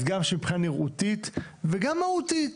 אז גם מבחינה נראותית וגם מהותית,